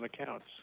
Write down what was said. accounts